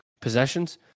possessions